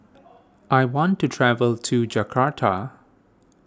I want to travel to Jakarta